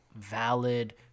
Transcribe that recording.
valid